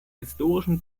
historischen